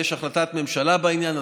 יש החלטת ממשלה בעניין,